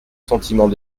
sentiment